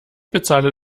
bezahle